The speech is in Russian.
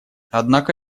однако